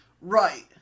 Right